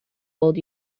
old